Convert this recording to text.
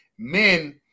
Men